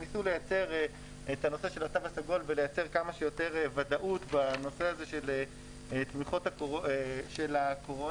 בניסיון לייצר תו סגול וכמה שיותר ודאות בנושא תמיכות הקורונה.